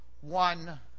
one